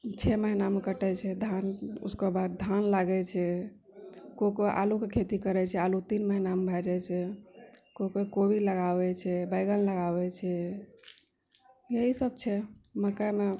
छओ महीनामे कटै छै धान उसके बाद धान लागै छै कोइ कोइ आलूके खेती करै छै आलू तीन महीनामे भए जाइ छै कोइ कोइ कोबी लगाबै छै बैगन लगाबै छै यही सब छै मकइमे